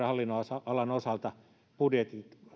hallinnonalan osalta